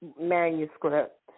manuscript